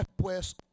después